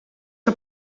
que